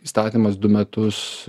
įstatymas du metus